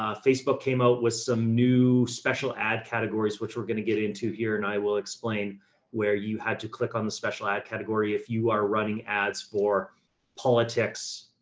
ah facebook came out with some new special ad categories, which we're going to get into here. and i will explain where you had to click on the special ad category. if you are running ads for politics,